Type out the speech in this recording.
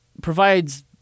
provides